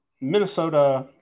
Minnesota